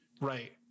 Right